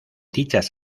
dichas